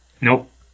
Nope